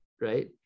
right